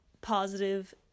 positive